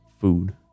food